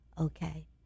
Okay